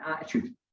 attitude